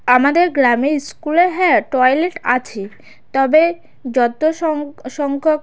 আমাদের গ্র্যামের স্কুলে হ্যাঁ টয়লেট আছে তবে যত সংখ্যক